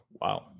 Wow